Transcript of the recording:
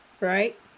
right